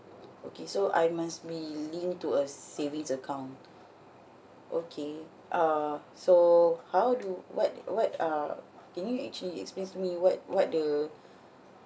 okay so I must be linked to a savings account okay uh so how do what what are can you actually explain to me what what the